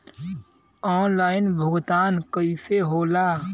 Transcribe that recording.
Online भुगतान कईसे होला?